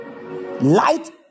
light